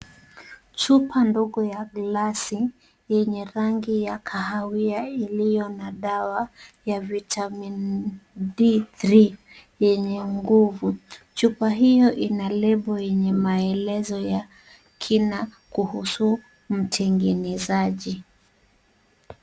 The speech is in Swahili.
Chupa ndogo ya glasi yenye rangi ya kahawia iliyo na dawa ya vitamin D3 yenye nguvu. Chupa hiyo ina lebo yenye maelezo ya kina kuhusu mtengenezaji.